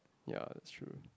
ya it's true